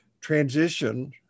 transition